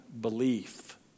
belief